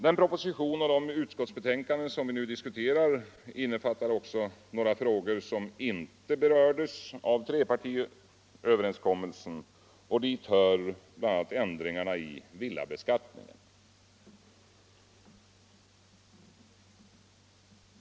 Den proposition och de utskottsbetänkanden som vi nu diskuterar innefattar också några frågor som inte berörs av trepartiöverenskommelsen. Dit hör bl.a. ändringarna i villabeskattningen.